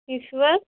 ٹھیٖک چھُو حظ